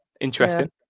Interesting